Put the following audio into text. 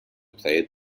played